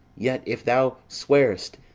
yet, if thou swear'st,